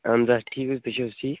اَہَن حَظ آ ٹھیٖک حَظ تُہۍ چھِو حَظ ٹھیٖک